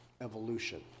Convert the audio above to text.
evolution